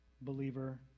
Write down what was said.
believer